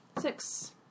Six